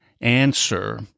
answer